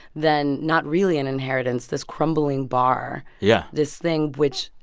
then, not really an inheritance this crumbling bar. yeah. this thing, which,